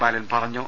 ബാലൻ പറഞ്ഞു